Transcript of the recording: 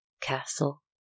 Castle